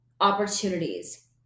opportunities